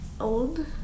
Old